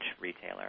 retailer